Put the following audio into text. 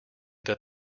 that